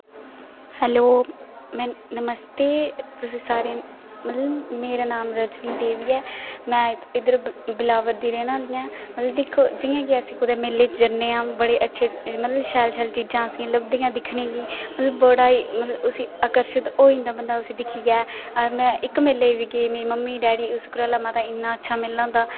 hello में नमस्ते तुसें सारें गी मतलब मेरा नाम रजनी देवी ऐ में इद्धर बिलावर दी रैह्न आह्ली आं मतलब दिक्खो जियां कि अस कुतै मेले च जने हा बड़े अच्छे मतलब शैल शैल चीजां असेंगी लभदियां दिक्खने गी मतलब बड़ा ही मतलब उसी आर्कशत होई जंदा बदा उसी दिक्खियै में इक मेले बी गेई मम्मी डैडी सुकराला माता इन्ना अच्छा मेला होंदा